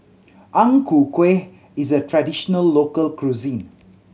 Ang Ku Kueh is a traditional local cuisine